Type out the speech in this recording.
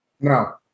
No